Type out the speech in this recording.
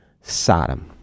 Sodom